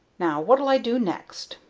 now what'll i do next?